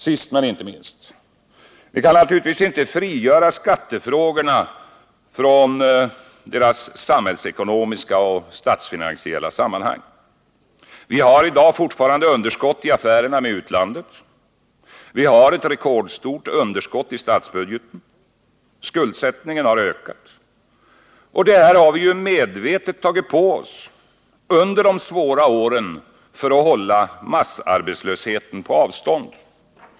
Sist men inte minst är det viktigt att framhålla att man naturligtvis inte kan frigöra skattefrågorna från deras samhällsekonomiska och statsfinansiella sammanhang. Vi har i dag fortfarande underskott i affärerna med utlandet. Vi har ett rekordstort underskott i statsbudgeten. Skuldsättningen har ökat. Det har vi medvetet tagit på oss under de svåra åren för att hålla massarbetslösheten på avstånd.